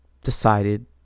decided